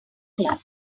club